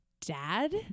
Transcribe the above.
dad